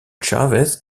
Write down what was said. chavez